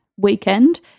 Weekend